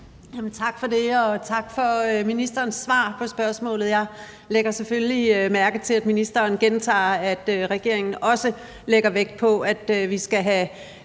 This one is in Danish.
Tak for det, og tak for ministerens svar på spørgsmålet. Jeg lægger selvfølgelig mærke til, at ministeren gentager, at regeringen også lægger vægt på, at vi skal have